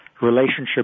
relationship